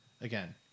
Again